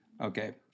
Okay